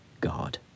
God